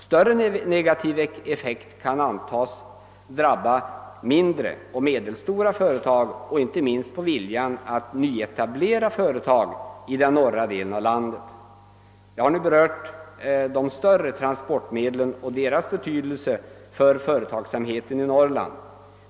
Större negativ effekt kan antas drabba mindre och medelstora företag och inte minst viljan att nyetablera företag i den norra delen av landet. Jag har nu berört de större transportmedlen och deras betydelse för företagsamheten i Norrland.